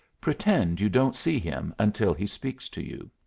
pretend you don't see him until he speaks to you.